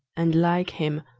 and like him,